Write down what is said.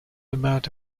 about